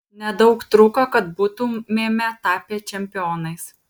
nedaug trūko kad būtumėme tapę čempionais